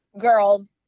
girls